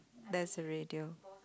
that's a radio